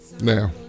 Now